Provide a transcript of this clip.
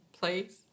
place